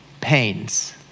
pains